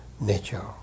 nature